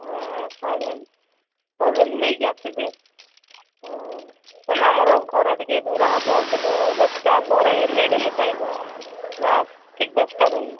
ହଁ ହଁ ମ୍ୟାମ୍ ହଉ ମ୍ୟାମ୍ ନେଇକି ଆସିବି ମ୍ୟାମ୍ ଆମର ଘର ଟିକେ ଦୂର ହେବ କିନ୍ତୁ ଦଶଟା ପରେ ଲେଟ୍ ହେଲେ ଚଳିବନା ନା ଠିକ୍ ଦଶଟାରେ ହିଁ